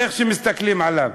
איך שמסתכלים עליו.